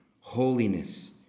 holiness